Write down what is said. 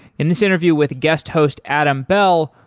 in this interview with guest host, adam bell,